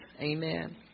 Amen